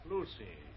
Lucy